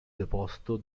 deposto